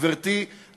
גברתי,